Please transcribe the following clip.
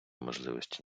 можливості